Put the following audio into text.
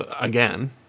again